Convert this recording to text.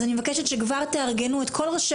אז אני מבקשת שכבר תארגנו את כל ראשי